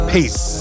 Peace